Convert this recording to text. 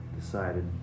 decided